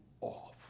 off